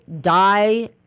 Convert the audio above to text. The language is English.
die